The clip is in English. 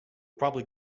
probably